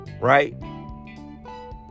right